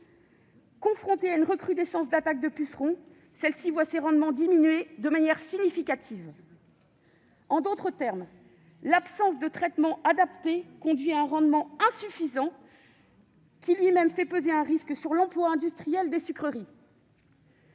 Confrontée à une recrudescence d'attaques de pucerons, celle-ci voit ses rendements diminuer de manière significative. En d'autres termes, l'absence de traitement adapté conduit à un rendement insuffisant, qui fait lui-même peser un risque sur l'emploi industriel des sucreries.